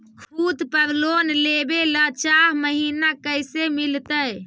खूत पर लोन लेबे ल चाह महिना कैसे मिलतै?